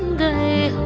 the